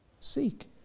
Seek